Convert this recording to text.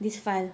this file